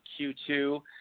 Q2